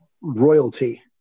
royalty